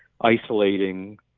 isolating